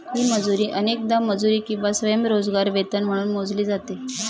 ही मजुरी अनेकदा मजुरी किंवा स्वयंरोजगार वेतन म्हणून मोजली जाते